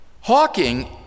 Hawking